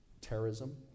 terrorism